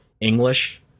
English